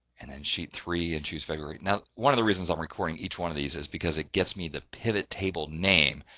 and then sheet three and choose february. now, one of the reasons i'm recording each one of these is because it gets me the pivot table name